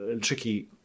tricky